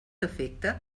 efecte